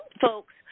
folks